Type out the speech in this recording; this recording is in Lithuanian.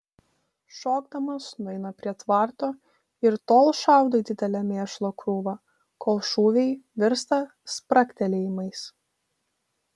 šokdamas nueina prie tvarto ir tol šaudo į didelę mėšlo krūvą kol šūviai virsta spragtelėjimais